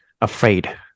afraid